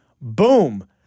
Boom